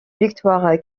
victoires